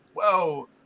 whoa